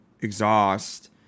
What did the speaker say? exhaust